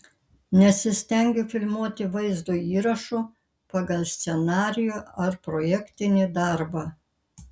nesistengiu filmuoti vaizdo įrašų pagal scenarijų ar projektinį darbą